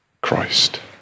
Christ